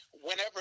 whenever